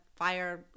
fire